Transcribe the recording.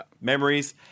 memories